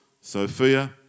Sophia